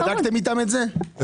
בדקתם איתם את זה?